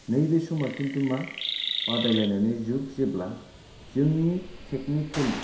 नैबे समा खिन्तु मा बादायलायनायनि जुग जेब्ला जोंनि टेक्निकेलि